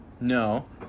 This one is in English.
No